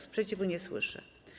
Sprzeciwu nie słyszę.